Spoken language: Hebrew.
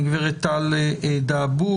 וגברת טל דעבול.